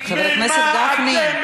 חבר הכנסת גפני,